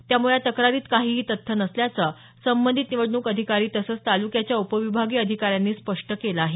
त्यामुळे या तक्रारीत काहीही तथ्य नसल्याचं संबंधित निवडणूक अधिकारी तसंच तालुक्याच्या उपविभागीय अधिकाऱ्यांनी स्पष्ट केलं आहे